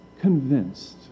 convinced